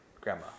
grandma